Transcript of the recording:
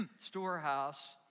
storehouse